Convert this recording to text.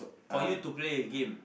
for you to play a game